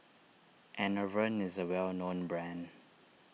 Enervon is a well known brand